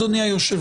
אדוני היושב-ראש,